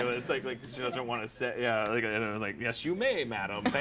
it's like like she doesn't want to say yeah like ah and and like, yes, you may, madam.